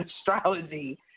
astrology